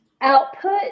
output